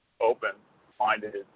open-minded